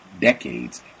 decades